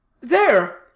There